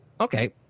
okay